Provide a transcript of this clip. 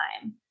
time